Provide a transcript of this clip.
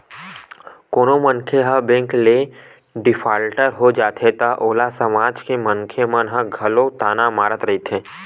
कोनो मनखे ह बेंक ले डिफाल्टर हो जाथे त ओला समाज के मनखे मन ह घलो ताना मारत रहिथे